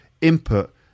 input